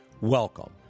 Welcome